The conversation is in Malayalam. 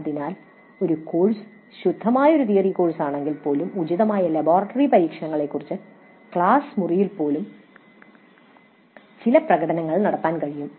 അതിനാൽ ഒരു കോഴ്സ് ശുദ്ധമായ ഒരു തിയറി കോഴ്സാണെങ്കിൽപ്പോലും ഉചിതമായ ലബോറട്ടറി പരീക്ഷണങ്ങളെക്കുറിച്ച് ക്ലാസ് മുറിയിൽ പോലും ചില പ്രകടനങ്ങൾ നടത്താൻ കഴിയും